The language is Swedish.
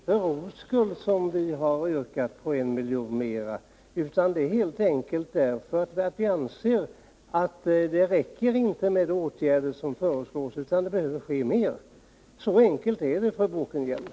Herr talman! Problemet är att generalklausulen är för urvattnad. Den räcker inte till för ingrepp mot det som har hänt.